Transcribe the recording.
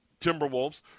Timberwolves